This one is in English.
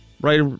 Right